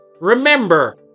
Remember